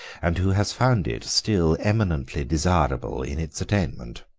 and who has found it still eminently desirable in its attainment.